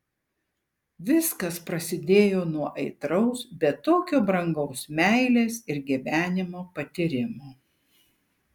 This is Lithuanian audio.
viskas prasidėjo nuo aitraus bet tokio brangaus meilės ir gyvenimo patyrimo